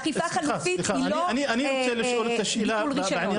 אכיפה חלופית היא לא עיקול רישיון.